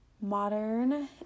modern